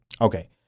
okay